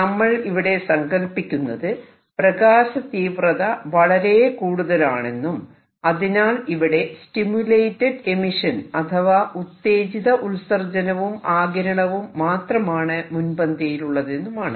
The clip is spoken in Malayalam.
നമ്മൾ ഇവിടെ സങ്കൽപ്പിക്കുന്നത് പ്രകാശ തീവ്രത വളരെ കൂടുതലാണെന്നും അതിനാൽ ഇവിടെ സ്റ്റിമുലേറ്റഡ് എമിഷൻ അഥവാ ഉത്തേജിത ഉത്സർജനവും ആഗിരണവും മാത്രമാണ് മുൻപന്തിയിലുള്ളതെന്നുമാണ്